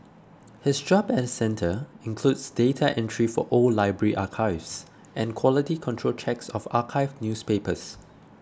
his job at centre includes data entry for old library archives and quality control checks of archived newspapers